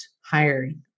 hiring